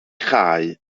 chau